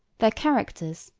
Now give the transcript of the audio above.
their characters,